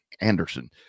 anderson